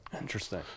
interesting